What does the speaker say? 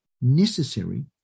necessary